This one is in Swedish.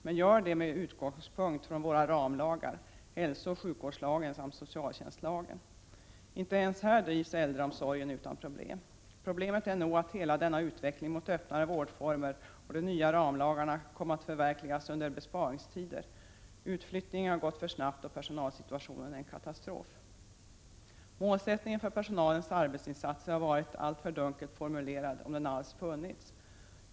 Men gör det med utgångspunkt i våra ramlagar, hälsooch sjukvårdslagen samt socialtjänstlagen. Inte ens här drivs äldreomsorgen utan problem. Problemet är nog att hela denna utveckling mot öppnare vårdformer och de nya ramlagarna kom att förverkligas under besparingstider. Utflyttningen har gått för snabbt och personalsituationen är katastrofal. Målsättningen för personalens arbetsinsatser har varit alltför dunkelt formulerad — om den alls funnits.